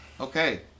Okay